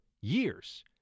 years